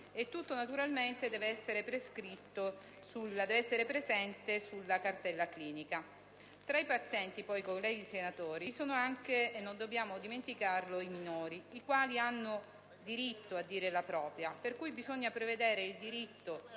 Tutto naturalmente deve essere presente sulla cartella clinica. Tra i pazienti, colleghi senatori, vi sono anche - non dobbiamo dimenticarlo - i minori, i quali hanno diritto a dire la propria opinione, per cui bisogna prevedere il diritto